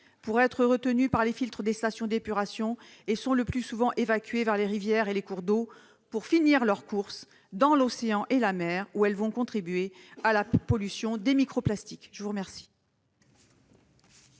pour être retenues par les filtres des stations d'épuration et sont le plus souvent évacuées vers les rivières et les cours d'eau, pour finir leur course dans l'océan ou la mer, où elles vont contribuer à la pollution microplastique. Le complément